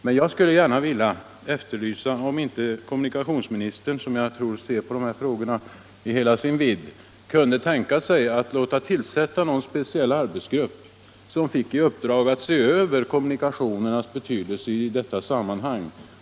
Men jag skulle gärna vilja fråga om inte kommunikationsministern — som jag tror ser denna fråga i hela dess vidd — kunde tänka sig att låta tillsätta en speciell arbetsgrupp som finge i uppdrag att se över kommunikationernas betydelse i detta sammanhang.